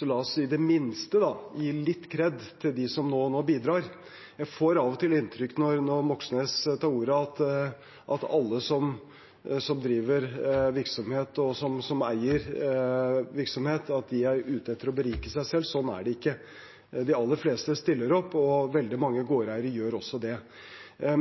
La oss i det minste gi litt kred til dem som bidrar. Jeg får av og til inntrykk av, når representanten Moxnes tar ordet, at alle som driver virksomhet, som eier virksomhet, er ute etter å berike seg selv. Sånn er det ikke. De aller fleste stiller opp, og veldig mange gårdeiere gjør også det.